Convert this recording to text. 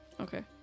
Okay